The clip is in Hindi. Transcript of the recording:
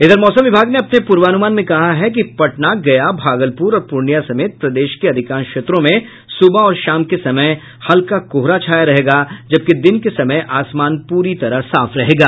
इधर मौसम विभाग ने अपने पूर्वान्रमान में कहा है कि पटना गया भागलपुर और पूर्णिया समेत प्रदेश के अधिकांश क्षेत्रों में सुबह और शाम के समय हल्का कोहरा छाया रहेगा जबकि दिन के समय आसमान पूरी तरह साफ रहेगा